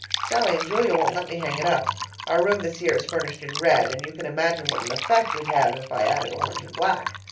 sallie and julia won't let me hang it up our room this year is furnished in red, and you can imagine what an effect we'd have if i added orange and black.